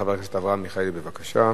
חבר הכנסת אברהם מיכאלי, בבקשה.